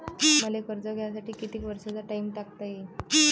मले कर्ज घ्यासाठी कितीक वर्षाचा टाइम टाकता येईन?